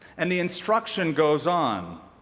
and the instruction goes on.